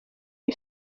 iba